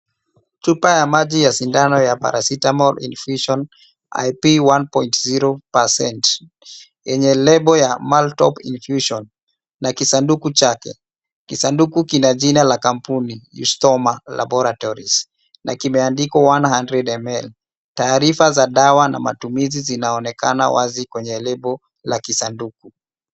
Chupa ya maji ya sindano ya paracetamol infusion IP 1.0% enye lebo ya Maltop infusion na kisanduku chake. Kisanduku kina jina la kampuni Bistoma Laboratories na kimeandikwa 100ml. Taarifa za dawa na matumizi zinaonekana wazi kwenye lebo la kisanduku.